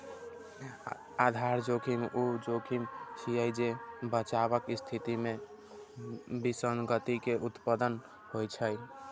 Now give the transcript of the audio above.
आधार जोखिम ऊ जोखिम छियै, जे बचावक स्थिति मे विसंगति के उत्पन्न होइ छै